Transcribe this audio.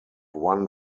one